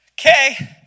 okay